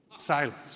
silence